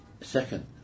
second